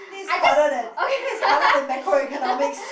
this is harder than this is harder than macro economics